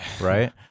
right